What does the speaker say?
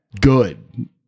good